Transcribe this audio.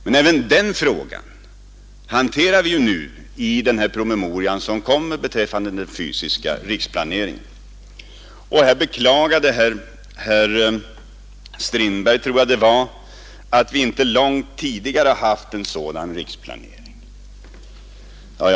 Men även den frågan behandlar vi i promemorian rörande den fysiska riksplaneringen. Herr Strindberg beklagade att vi inte haft en sådan riksplanering långt tidigare.